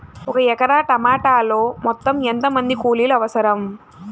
ఒక ఎకరా టమాటలో మొత్తం ఎంత మంది కూలీలు అవసరం?